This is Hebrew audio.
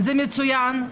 הצעת החוק מצוינת.